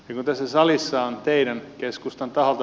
yhdessä salissa on teidän keskustan taholta